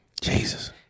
Jesus